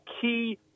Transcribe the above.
key